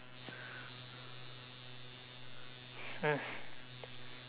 mm